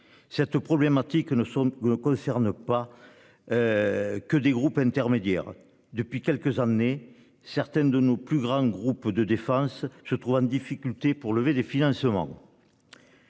Cette problématique que nous sommes ne concerne pas. Que des groupes intermédiaires depuis quelques années, certaines de nos plus grands groupes de défense je trouve en difficulté pour lever des financements.